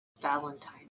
valentine